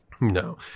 No